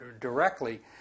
directly